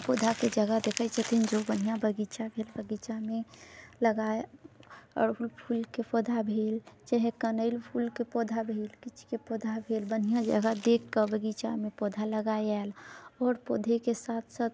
पौधा के जगह देखैत छथिन जो बढ़िआँ बगीचा भेल बगीचामे लगाए अड़हुल फूलके पौधा भेल चाहे कनैल फूलके पौधा भेल किछु के पौधा भेल बढ़िआँ जगह देखि कऽ बगीचामे पौधा लगाए आयल आओर पौधेके साथ साथ